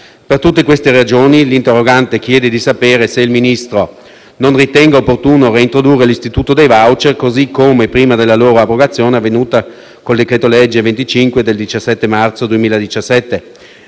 Per tutte queste ragioni, l'interrogante chiede di sapere se il Ministro non ritenga opportuno reintrodurre l'istituto dei *voucher* così come era prima della loro abrogazione, avvenuta con il decreto-legge n. 25 del 17 marzo 2017,